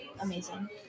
amazing